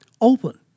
Open